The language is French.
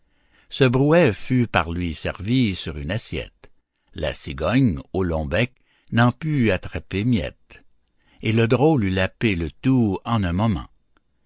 ce brouet fut par lui servi sur une assiette la cigogne au long bec n'en put attraper miette et le drôle eut lapé le tout en un moment